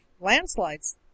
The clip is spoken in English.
landslides